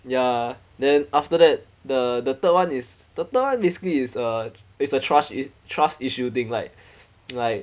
ya then after that the the third one is the third one basically is a it's a trust trust issue thing like like